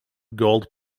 gold